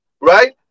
right